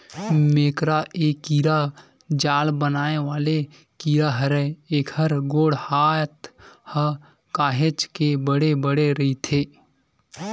मेकरा ए कीरा जाल बनाय वाले कीरा हरय, एखर गोड़ हात ह काहेच के बड़े बड़े रहिथे